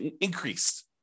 increased